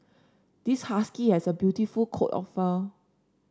this husky has a beautiful coat of fur